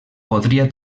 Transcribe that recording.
podria